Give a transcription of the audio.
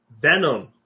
venom